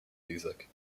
music